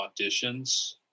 auditions